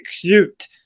cute